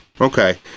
okay